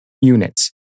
units